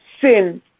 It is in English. Sin